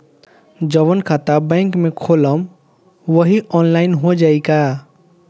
जवन खाता बैंक में खोलम वही आनलाइन हो जाई का?